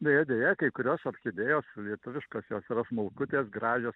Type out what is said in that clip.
deja deja kai kurios orchidėjos lietuviškos jos smulkutės gražios